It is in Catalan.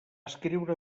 escriure